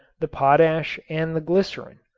the potash and the glycerin.